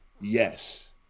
yes